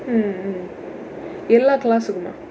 mm mm எல்லா:ellaa class-umaa